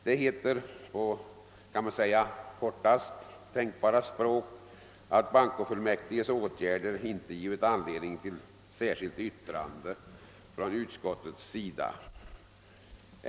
Det heter på kortast tänkbara språk att bankofullmäktiges åtgärder inte givit anledning till särskilt yttrande från utskottet sida.